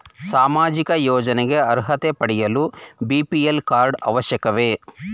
ಸಾಮಾಜಿಕ ಯೋಜನೆಗೆ ಅರ್ಹತೆ ಪಡೆಯಲು ಬಿ.ಪಿ.ಎಲ್ ಕಾರ್ಡ್ ಅವಶ್ಯಕವೇ?